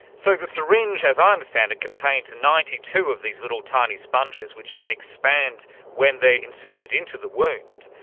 so the syringe as i understand it contains ninety two of these little tiny sponges which then expand when they are inserted into the wound.